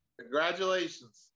Congratulations